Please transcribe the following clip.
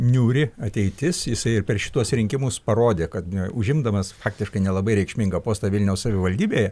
niūri ateitis jisai ir per šituos rinkimus parodė kad na užimdamas faktiškai nelabai reikšmingą postą vilniaus savivaldybėje